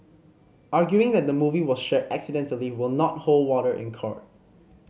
arguing that the movie was shared accidentally will not hold water in court